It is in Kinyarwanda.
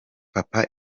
papa